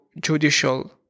judicial